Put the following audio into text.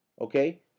Okay